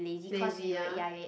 lazy ah